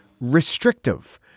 restrictive